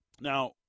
Now